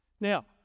Now